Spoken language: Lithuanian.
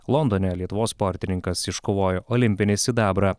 londone lietuvos sportininkas iškovojo olimpinį sidabrą